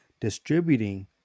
distributing